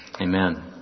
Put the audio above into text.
Amen